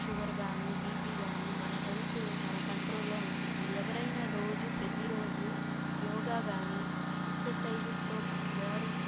sugar కానీ BP కానీ మన హెల్త్ మన కంట్రోల్లో ఉంటుంది ఎవరైనా రోజు ప్రతి రోజు యోగా కానీ ఎక్సర్సైజెస్తో బాడీ